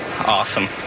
Awesome